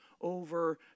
over